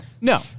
No